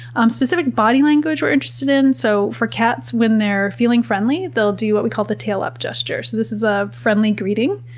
um specific body language we're interested in, so for cats, when they're feeling friendly, they'll do what we call the tail up gesture so this is a friendly greeting,